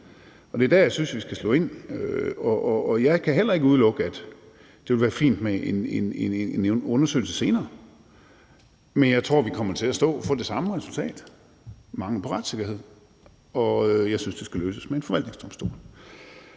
Og det er dér, jeg synes, vi skal sætte ind. Jeg kan heller ikke udelukke, at det ville være fint med en undersøgelse senere. Men jeg tror, vi kommer til at stå og få det samme resultat, nemlig mangel på retssikkerhed, og jeg synes, det skal løses med en forvaltningsdomstol.